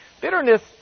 Bitterness